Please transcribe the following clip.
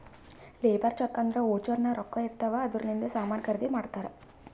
labour check ಅಂದುರ್ voucher ನಾಗ್ ರೊಕ್ಕಾ ಇರ್ತಾವ್ ಅದೂರ್ಲಿಂದೆ ಸಾಮಾನ್ ಖರ್ದಿ ಮಾಡ್ತಾರ್